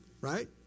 right